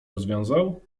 rozwiązał